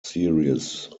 series